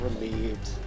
relieved